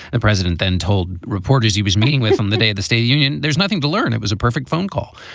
the president then told reporters he was meeting with them the day of the state union. there's nothing to learn. it was a perfect phone call.